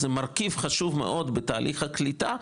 זה מרכיב חשוב מאוד בתהליך הקליטה,